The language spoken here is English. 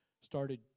started